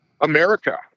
America